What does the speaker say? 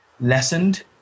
lessened